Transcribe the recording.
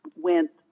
went